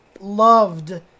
loved